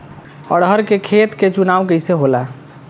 अरहर के खेत के चुनाव कइसे होला?